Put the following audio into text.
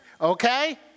Okay